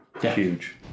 Huge